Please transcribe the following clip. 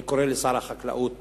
אני קורא לשר החקלאות